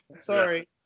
sorry